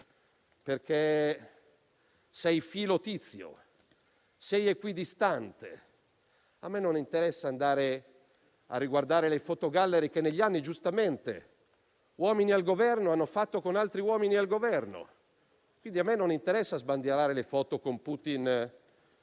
perché sei filo-Tizio, sei equidistante. A me non interessa andare a riguardare le *fotogallery* che negli anni giustamente uomini al Governo hanno fatto con altri uomini al Governo: a me non interessa sbandierare le foto con Putin